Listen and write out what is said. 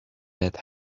that